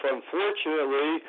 Unfortunately